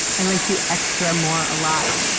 and like you extra more a lot.